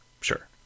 Sure